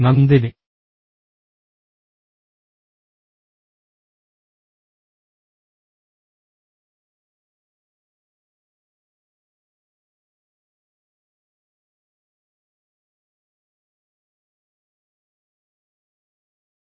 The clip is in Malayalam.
നന്ദി